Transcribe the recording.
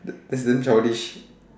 eh it's in childish